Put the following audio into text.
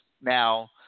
Now